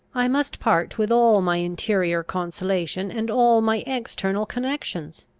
i must part with all my interior consolation, and all my external connections.